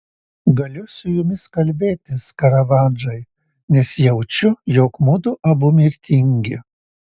galiu su jumis kalbėtis karavadžai nes jaučiu jog mudu abu mirtingi